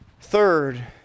Third